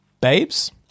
Babes